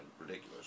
ridiculous